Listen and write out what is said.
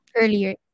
earlier